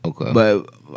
Okay